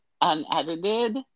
unedited